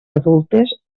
adultes